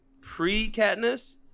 pre-Katniss